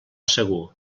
segur